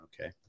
Okay